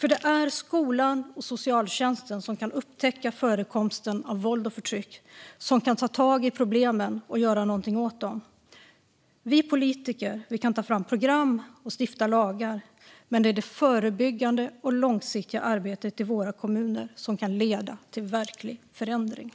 Det är skolan och socialtjänsten som kan upptäcka förekomsten av våld och förtryck, som kan ta tag i problemen och göra någonting åt dem. Vi politiker kan ta fram program och stifta lagar. Men det är det förebyggande och långsiktiga arbetet i våra kommuner som kan leda till verklig förändring.